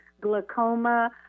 glaucoma